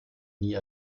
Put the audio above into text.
nie